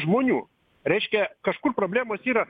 žmonių reiškia kažkur problemos yra